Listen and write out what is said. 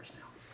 now